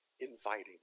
inviting